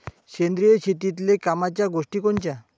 सेंद्रिय शेतीतले कामाच्या गोष्टी कोनच्या?